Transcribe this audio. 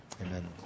amen